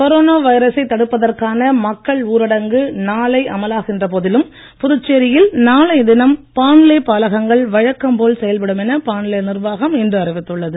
corona வைரசைத் தடுப்பதற்கான மக்கள் ஊரடங்கு நாளை அமலாகின்ற போதிலும் புதுச்சேரியில் நாளைய தினம் பாண்லே பாலகங்கள் வழக்கம்போல் செயல்படும் என பாண்லே நிர்வாகம் இன்று அறிவித்துள்ளது